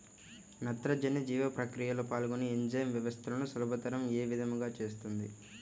నత్రజని జీవక్రియలో పాల్గొనే ఎంజైమ్ వ్యవస్థలను సులభతరం ఏ విధముగా చేస్తుంది?